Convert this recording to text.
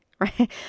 right